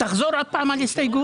תחזור עוד פעם על ההסתייגות.